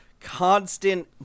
constant